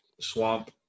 swamp